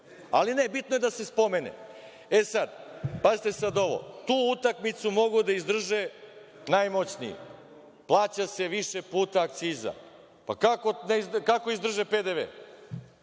ali ne, bitno je da se spomene. Pazite sada ovo, tu utakmicu mogu da izdrže najmoćniji, plaća se više puta akciza, pa kako izdrže PDV,